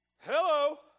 Hello